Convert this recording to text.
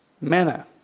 manner